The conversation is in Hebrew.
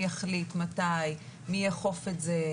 אני לא חושבת שצריך להעניש את כיתות ה' עד ז'.